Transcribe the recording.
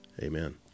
amen